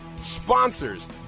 sponsors